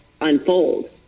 unfold